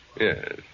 Yes